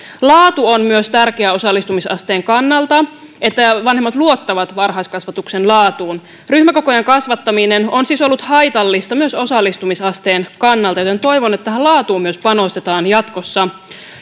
laatu on tärkeää osallistumisasteen kannalta se että vanhemmat luottavat varhaiskasvatuksen laatuun ryhmäkokojen kasvattaminen on siis ollut haitallista myös osallistumisasteen kannalta joten toivon että myös tähän laatuun panostetaan jatkossa